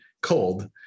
cold